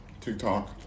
TikTok